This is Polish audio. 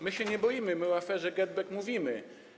My się nie boimy, my o aferze GetBack mówimy.